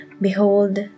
Behold